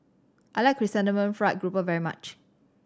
I like Chrysanthemum Fried Grouper very much